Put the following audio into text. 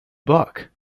buck